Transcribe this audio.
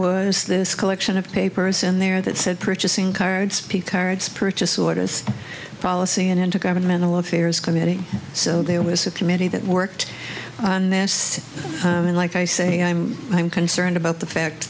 was this collection of papers in there that said purchasing cards speak cards purchase orders policy and into governmental affairs committee so there was a committee that worked on this and like i say i'm i'm concerned about the fact